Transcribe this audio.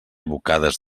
bocades